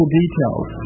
details